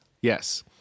Yes